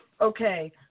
okay